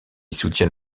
soutient